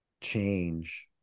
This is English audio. change